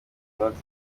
noti